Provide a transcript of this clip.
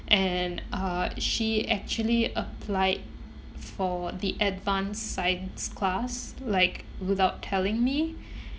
and uh she actually applied for the advance science class like without telling me